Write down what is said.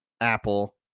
Apple